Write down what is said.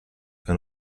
que